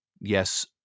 Yes